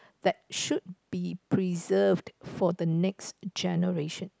that should be preserved for the next generation